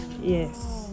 Yes